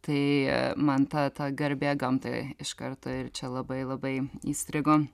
tai man ta ta garbė gamtai iš karto ir čia labai labai įstrigo